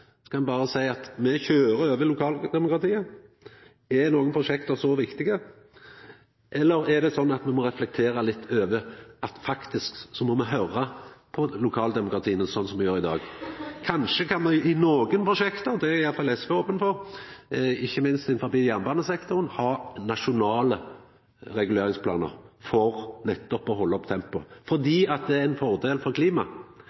berre seia at ein køyrer over lokaldemokratiet? Er nokon prosjekt så viktige, eller er det sånn at me må reflektera litt over at me faktisk må høyra på lokaldemokratia, sånn som me gjer i dag? Kanskje kan me i nokre prosjekt – det er iallfall SV ope for, ikkje minst innanfor jernbanesektoren – ha nasjonale reguleringsplanar for nettopp å halda oppe tempoet, fordi det er ein fordel for